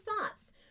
thoughts